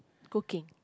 cooking